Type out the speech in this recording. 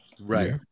Right